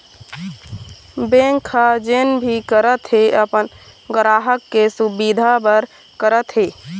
bank ह जेन भी करत हे अपन गराहक के सुबिधा बर करत हे